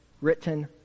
written